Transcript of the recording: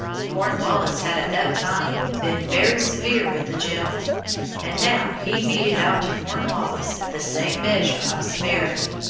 cornwallis had at that time been very severe with the general and now he meted out to cornwallis the same measure of severity.